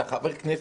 החבר כנסת,